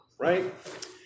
right